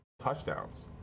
touchdowns